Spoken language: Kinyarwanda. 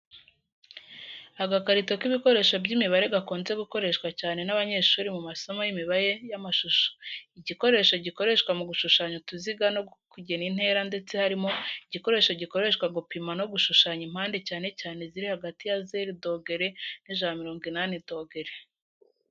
Agakarito k’ibikoresho by’imibare gakunze gukoreshwa cyane n’abanyeshuri mu masomo y'imibare y’amashusho. Igikoresho gikoreshwa mu gushushanya utuziga no kugena intera ndetse harimo igikoresho gikoreshwa gupima no gushushanya impande cyane cyane ziri hagati ya 0° na 180°.